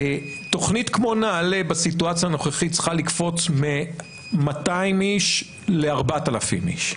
תוכנית כמו נעל"ה בסיטואציה הנוכחית צריכה לקפוץ מ-200 איש ל-4,000 איש.